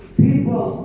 people